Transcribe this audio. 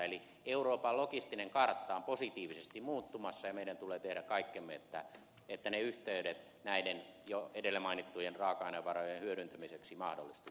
euroopan logistinen kartta on positiivisesti muuttumassa ja meidän tulee tehdä kaikkemme että ne yhteydet näiden jo edellä mainittujen raaka ainevarojen hyödyntämiseksi mahdollistuvat